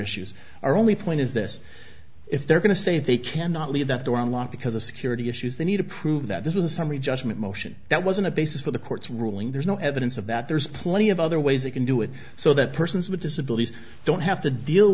issues are only point is this if they're going to say they cannot leave that door unlocked because of security issues they need to prove that this was a summary judgment motion that wasn't a basis for the court's ruling there's no evidence of that there's plenty of other ways they can do it so that persons with disabilities don't have to deal